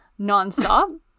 nonstop